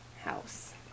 house